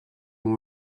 when